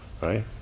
right